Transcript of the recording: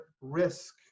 risk